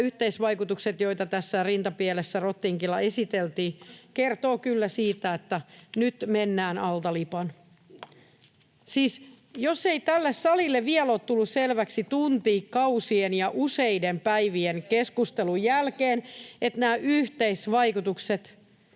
yhteisvaikutukset, joita tässä rinta rottingilla esiteltiin, kertovat kyllä siitä, että nyt mennään alta lipan. Siis jos ei tälle salille vielä ole tullut selväksi tuntikausien ja useiden päivien keskustelun jälkeen, niin sanon: nämä yhteisvaikutukset